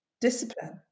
discipline